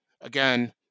Again